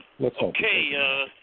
Okay